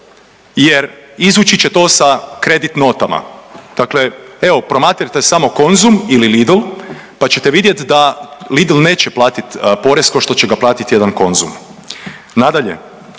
jer izvući će to sa kredit notama. Dakle, evo promatrajte samo Konzum ili Lidl pa ćete vidjeti da Lidl neće platiti porez kao što će ga platiti jedan Konzum. Nadalje